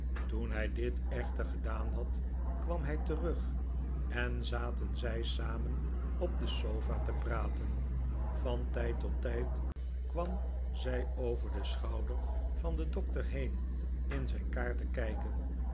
toen hij dit echter gedaan had kwam hij terug en zaten zij samen op de sofa te praten van tijd tot tijd kwam zij over den schouder van den doctor heen in zijn kaarten kijken